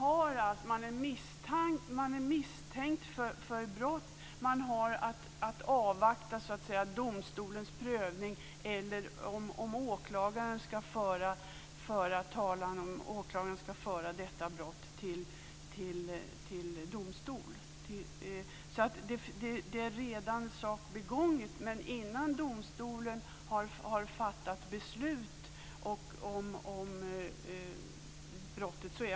Fru talman! Om en person är misstänkt för brott har man att avvakta om åklagaren ska föra detta brott till domstol, så det är alltså redan brott begånget.